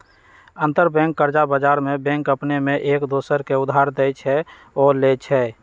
अंतरबैंक कर्जा बजार में बैंक अपने में एक दोसर के उधार देँइ छइ आऽ लेइ छइ